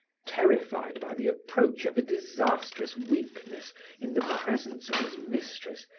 terrified by the approach of a disastrous weakness in the presence of his mistress,